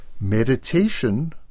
Meditation